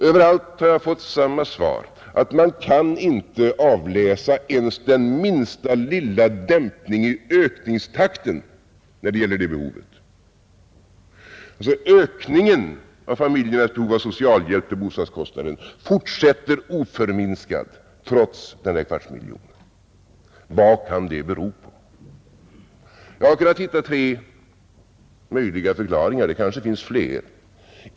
Överallt har jag fått samma svar: Man kan inte avläsa den minsta lilla dämpning i ökningstakten när det gäller det behovet. Ökningen av familjernas behov av socialhjälp till bostadskostnader fortsätter oförminskat trots kvartsmiljonen. Vad kan det bero på? Jag har kunnat hitta tre möjliga förklaringar — kanske finns det flera.